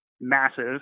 massive